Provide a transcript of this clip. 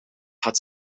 had